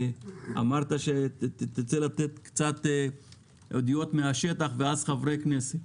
אמרת שתרצה לתת קצת עדויות מן השטח ואז לשמוע חברי כנסת,